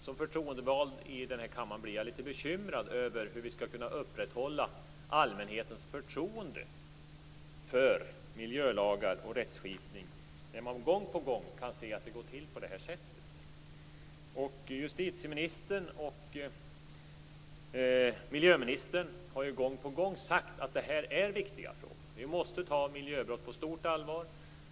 Som förtroendevald till den här kammaren blir jag litet bekymrad vad gäller hur vi skall kunna upprätthålla allmänhetens förtroende för miljölagar och rättsskipning när vi gång på gång får se att det går till på det här sättet. Justitieministern och miljöministern har gång på gång sagt att det här är viktiga frågor, att vi måste ta miljöbrott på stort allvar.